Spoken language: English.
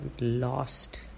lost